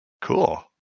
Cool